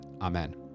Amen